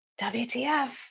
WTF